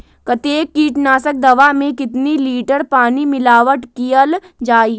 कतेक किटनाशक दवा मे कितनी लिटर पानी मिलावट किअल जाई?